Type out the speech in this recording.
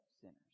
sinners